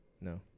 No